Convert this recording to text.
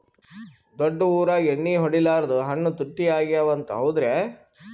ದೊಡ್ಡ ಊರಾಗ ಎಣ್ಣಿ ಹೊಡಿಲಾರ್ದ ಹಣ್ಣು ತುಟ್ಟಿ ಅಗವ ಅಂತ, ಹೌದ್ರ್ಯಾ?